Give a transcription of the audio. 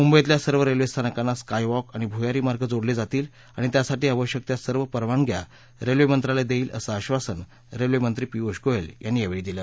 मुंबईतल्या सर्व रस्विस्थिानकांना स्कायवॉक आणि भुयारी मार्ग जोडलज्ञितील आणि त्यासाठी आवश्यक त्या सर्व परवानग्या रस्त्वित्रालय दईते असं आश्वासन रस्त्वित्ती पियुष गोयल यांनी यावछी दिलं